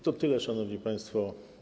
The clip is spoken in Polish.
To tyle, szanowni państwo.